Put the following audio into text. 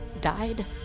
died